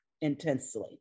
intensely